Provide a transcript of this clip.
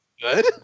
good